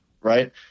right